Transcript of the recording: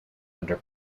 under